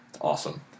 awesome